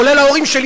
כולל ההורים שלי,